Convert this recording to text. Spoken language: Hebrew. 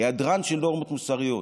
היעדרן של נורמות מוסריות.